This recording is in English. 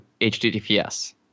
HTTPS